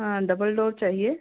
हाँ double door चाहिए